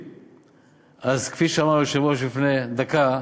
אז כפי שאמר היושב-ראש לפני דקה,